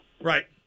Right